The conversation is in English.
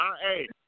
Hey